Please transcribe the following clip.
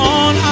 on